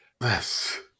Yes